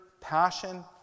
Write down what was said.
passion